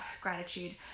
gratitude